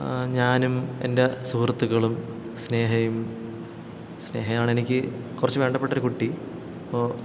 ഞാനും എൻ്റെ സുഹൃത്തുക്കളും സ്നേഹയും സ്നേഹയാണ് എനിക്ക് കുറച്ചു വേണ്ടപ്പെട്ടൊരു കുട്ടി അപ്പോൾ